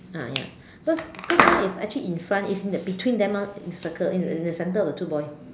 ah ya cause cause mine is actually in front it's in between them ah in the circle in in the center of the two boy